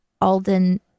alden